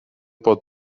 pot